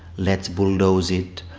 let's bulldoze it,